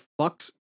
fucks